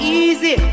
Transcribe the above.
easy